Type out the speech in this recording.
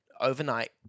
overnight